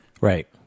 Right